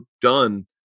done